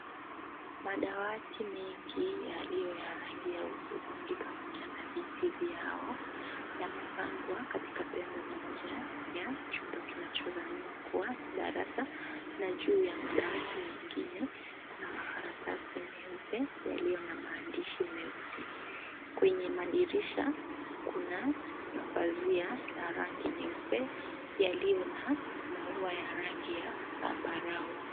Madawati mengi yaliyo ya rangi ya hudhurungi pamoja na viti vyao , yamepangwa katika pembe moja ya chumba kinachodhaniwa kuwa ni darasa na juu ya madawati mengine kuna makaratasi meupe yaliyo na maandishi meusi . Kwenye madirisha kuna mapazia ya rangi nyeupe yaliyo na maua ya rangi ya zambarau .